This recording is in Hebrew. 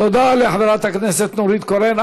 תודה לחברת הכנסת נורית קורן.